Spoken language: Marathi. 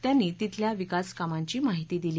त्यांनी तिथल्या विकास कामांची माहिती दिली